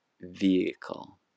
vehicle